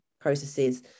processes